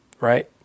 Right